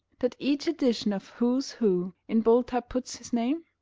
that each edition of who's who in bold type puts his name?